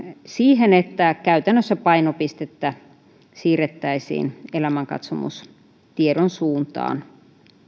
siihen että käytännössä painopistettä siirrettäisiin elämänkatsomustiedon suuntaan